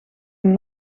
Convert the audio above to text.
een